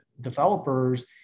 developers